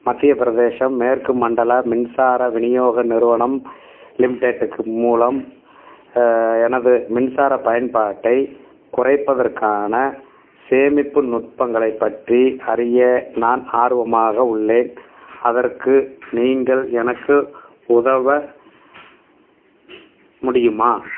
மத்தியப் பிரதேசம் மேற்கு மண்டல மின்சார விநியோக நிறுவனம் லிமிட்டெட்டுக்கு மூலம் எனது மின்சாரப் பயன்பாட்டைக் குறைப்பதற்கான சேமிப்பு நுட்பங்களை பற்றி அறிய நான் ஆர்வமாக உள்ளேன் அதற்கு நீங்கள் எனக்கு உதவ முடியுமா